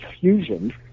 fusion